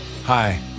Hi